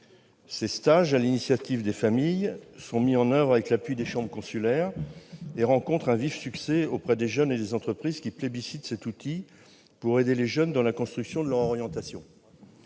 Ces stages, dont l'initiative revient aux familles, sont mis en oeuvre avec l'appui des chambres consulaires et rencontrent un vif succès auprès des jeunes et des entreprises, qui plébiscitent cet outil pour aider les jeunes dans la construction de leur orientation.